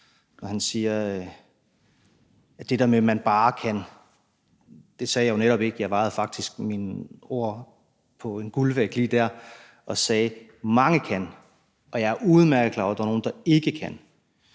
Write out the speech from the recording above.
når han siger det der med, at man »bare kan«. Det sagde jeg jo netop ikke. Jeg vejede faktisk mine ord på en guldvægt lige der og sagde »mange kan«. Og jeg er udmærket klar over, at der er nogle, der ikke kan.